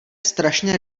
strašně